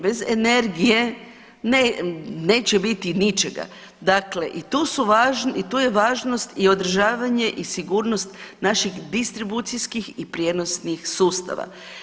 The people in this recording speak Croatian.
Bez energije neće biti ničega, dakle i tu je važnost i održavanje i sigurnost naših distribucijskih i prijenosnih sustava.